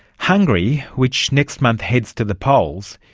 hungary, which next month heads to the polls,